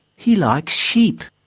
he likes sheep.